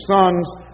sons